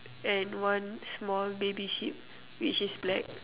and one small baby sheep which is black